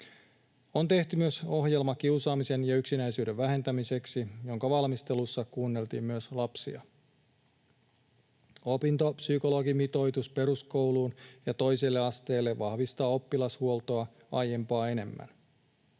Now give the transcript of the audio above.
On tehty myös ohjelma kiusaamisen ja yksinäisyyden vähentämiseksi, jonka valmistelussa kuunneltiin myös lapsia. Opintopsykologimitoitus peruskouluun ja toiselle asteelle vahvistaa oppilashuoltoa aiempaa enemmän.